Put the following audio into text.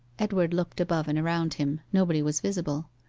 edward looked above and around him nobody was visible.